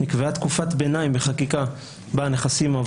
נקבעה תקופת ביניים בחקיקה בה הנכסים,